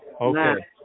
Okay